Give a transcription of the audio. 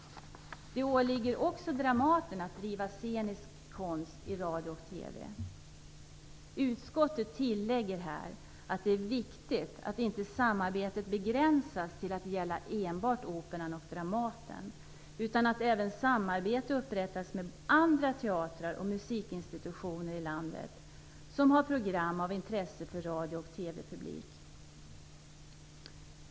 Det åligger också Dramaten att driva scenisk konst i radio och TV. Utskottet tillägger här att det är viktigt att samarbetet inte begränsas till att gälla enbart Operan och Dramaten utan att samarbete även upprättas med andra teatrar och musikinstitutioner i landet som har program av intresse för radio och TV publik.